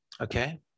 Okay